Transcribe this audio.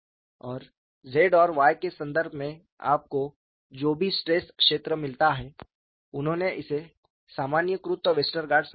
और Z और Y के संदर्भ में आपको जो भी स्ट्रेस क्षेत्र मिलता है उन्होंने इसे सामान्यीकृत वेस्टरगार्ड समीकरण कहा